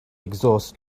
exhaust